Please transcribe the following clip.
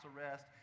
arrest